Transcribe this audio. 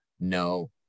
No